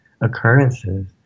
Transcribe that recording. occurrences